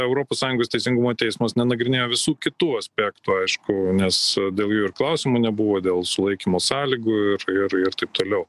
europos sąjungos teisingumo teismas nenagrinėjo visų kitų aspektų aišku nes dėl jų ir klausimų nebuvo dėl sulaikymo sąlygų ir ir taip toliau